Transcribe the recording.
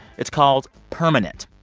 it's called permanent.